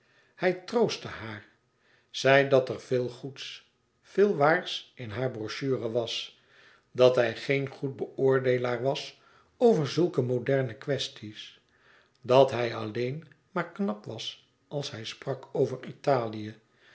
hij troostte haar zei dat er veel goeds veel waars in haar brochure was dat hij geen goed beoordeelaar was over zulke moderne kwesties dat hij alleen maar knap was als hij sprak over italië